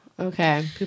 Okay